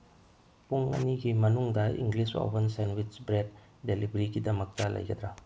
ꯄꯨꯡ ꯑꯅꯤꯒꯤ ꯃꯅꯨꯡꯗ ꯏꯪꯂꯤꯁ ꯑꯣꯚꯟ ꯁꯦꯟꯋꯤꯁ ꯕ꯭ꯔꯦꯠ ꯗꯦꯂꯤꯚꯔꯤꯒꯤꯗꯃꯛꯇ ꯂꯩꯒꯗ꯭ꯔꯥ